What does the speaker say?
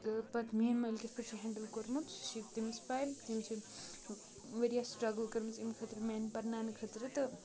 تہٕ پَتہٕ میٛٲنۍ مٲلۍ کِتھ پٲٹھۍ چھِ ہینٛڈٕل کوٚرمُت سُہ چھُ تٔمِس پَے تٔمۍ چھِ واریاہ سٹرٛگٕل کٔرمٕژ اَمہِ خٲطرٕ میٛانہِ پَرناونہٕ خٲطرٕ تہٕ